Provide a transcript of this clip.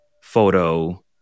photo